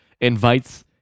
invites